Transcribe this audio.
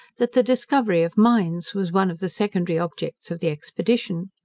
that the discovery of mines was one of the secondary objects of the expedition.